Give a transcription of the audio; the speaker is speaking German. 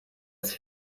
ist